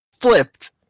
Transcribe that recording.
flipped